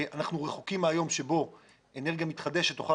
אנחנו רחוקים מהיום בו אנרגיה מתחדשת תוכל